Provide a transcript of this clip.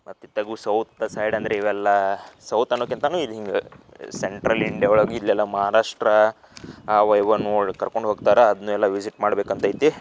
ಮತ್ತು ಇತ್ಲಗು south side ಅಂದರೆ ಇವೆಲ್ಲ ಸೌತ್ ಅನ್ನೋಕ್ಕಿಂತನೂ ಇದು ಹಿಂಗೆ ಸೆಂಟ್ರಲ್ ಇಂಡಿಯ ಒಳಗೆ ಇಲ್ಲೆಲ್ಲ ಮಹಾರಾಷ್ಟ್ರ ಅವು ಇವು ನೋಡಿ ಕರ್ಕೊಂಡು ಹೋಗ್ತಾರೆ ಅದನ್ನು ಎಲ್ಲ ವಿಝಿಟ್ ಮಾಡಬೇಕಂತೈತಿ